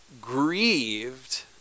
grieved